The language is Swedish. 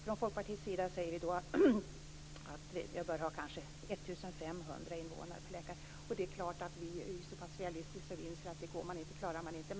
Från Folkpartiets sida säger vi då att det kanske bör vara 1 500 invånare per läkare, och det är klart att vi är så realistiska att vi inser att man inte klarar det.